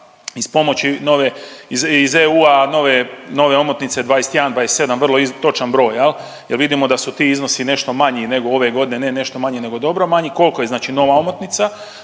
iz pomoći nove iz EU-a nove omotnice '21.-'27. vrlo točan broj jel vidimo da su ti iznosi nešto manji nego ove godine, ne nešto manji nego dobro manji, kolko je znači nova omotnica